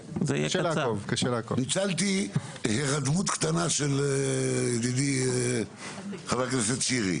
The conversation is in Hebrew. ניצלתי הרדמות קטנה של ידידי חבר הכנסת שירי.